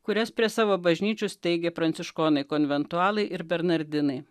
kurias prie savo bažnyčių steigė pranciškonai konventualai ir bernardinai